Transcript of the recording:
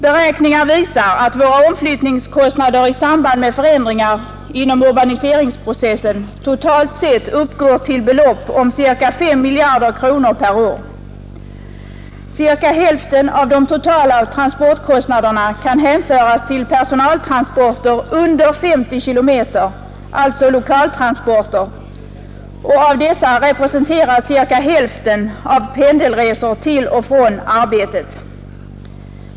Beräkningar visar att våra omflyttningskostnader i samband med förändringar inom urbaniseringsprocessen totalt sett uppgår till belopp om ca 5 miljarder kronor per år. Cirka hälften av de totala transportkostnaderna kan hänföras till personaltransporter under 50 km, alltså lokaltransporter, och av dessa representeras cirka hälften av pendelresor till och från arbetet.